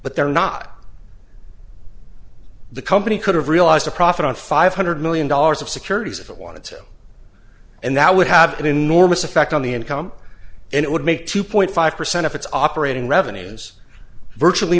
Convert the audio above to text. but they're not the company could have realized a profit on five hundred million dollars of securities if it wanted to and that would have an enormous effect on the income and it would make two point five percent of its operating revenues virtually